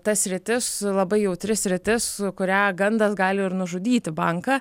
ta sritis labai jautri sritis kurią gandas gali ir nužudyti banką